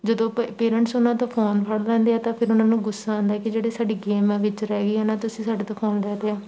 ਜਦੋਂ ਪ ਪੇਰੈਂਟਸ ਉਹਨਾਂ ਤੋਂ ਫੋਨ ਫੜ ਲੈਂਦੇ ਆ ਤਾਂ ਫਿਰ ਉਹਨਾਂ ਨੂੰ ਗੁੱਸਾ ਆਉਂਦਾ ਕਿ ਜਿਹੜੇ ਸਾਡੀ ਗੇਮ ਆ ਵਿੱਚ ਰਹਿ ਗਈ ਆ ਨਾ ਤੁਸੀਂ ਸਾਡੇ ਤੋਂ ਫੋਨ ਲੈ ਲਿਆ